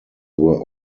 were